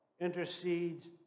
intercedes